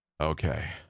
Okay